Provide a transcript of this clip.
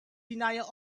denial